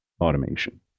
automation